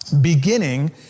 beginning